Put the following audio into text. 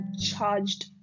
charged